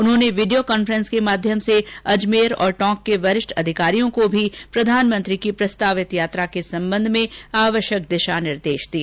उन्होंने video conference के माध्यम से अजमेर और टोंक के वरिष्ठ अधिकारियों को भी प्रधानमंत्री की प्रस्तावित यात्रा के संबंध में आवश्यक दिशा निर्देश दिए